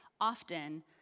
often